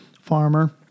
farmer